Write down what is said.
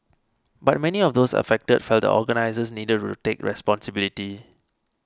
but many of those affected felt the organisers needed to take responsibility